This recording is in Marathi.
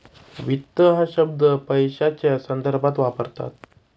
वित्त हा शब्द पैशाच्या संदर्भात वापरतात